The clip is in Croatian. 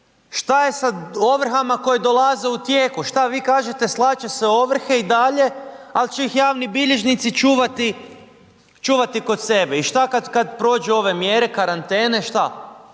Šta je sa ovrhama koje dolaze u tijeku? Šta vi kažete slati će se ovrhe i dalje, al će ih javni bilježnici čuvati, čuvati kod sebe. I šta kad prođu ove mjere karantene, šta?